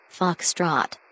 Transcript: Foxtrot